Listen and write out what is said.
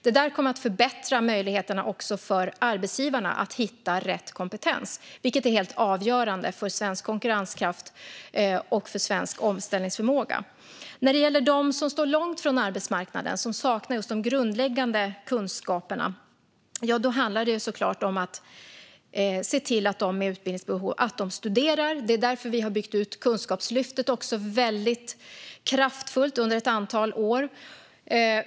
Det kommer att förbättra möjligheterna också för arbetsgivarna att hitta rätt kompetens, vilket är helt avgörande för svensk konkurrenskraft och för svensk omställningsförmåga. När det gäller de som står långt från arbetsmarknaden, som saknar de grundläggande kunskaperna, handlar det såklart om att se till att de med utbildningsbehov studerar. Det är därför vi också har byggt ut Kunskapslyftet väldigt kraftfullt under ett antal år.